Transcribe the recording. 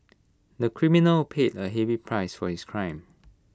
the criminal paid A heavy price for his crime